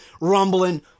rumbling